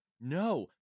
No